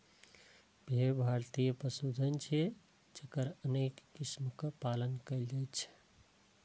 भेड़ भारतीय पशुधन छियै, जकर अनेक किस्मक पालन कैल जाइ छै